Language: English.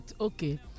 Okay